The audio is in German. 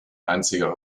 einziger